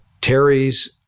Terry's